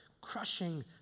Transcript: crushing